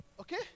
Okay